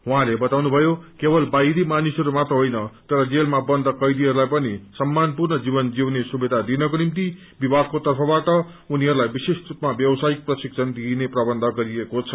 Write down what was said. उर्होले बताउनुभयो केवल बाहिरी मानिसहरू मात्र होईन तर जेलमा बन्द कैदीहरूलाई पनि सम्मानपूर्व जीवन जिउने सुविधा दिनको निम्ति विभागको तर्फबाट उनीहरूलाइ विशेष स्रपमा व्यवसायिक प्रशिक्षण दिइने प्रबन्ध गरिएको छ